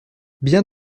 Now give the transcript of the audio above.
bien